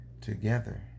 together